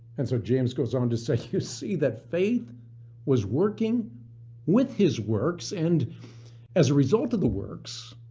and so, james goes on to say, you see that faith was working with his works and as result of the works,